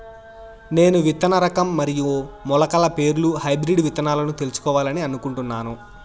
నేను విత్తన రకం మరియు మొలకల పేర్లు హైబ్రిడ్ విత్తనాలను తెలుసుకోవాలని అనుకుంటున్నాను?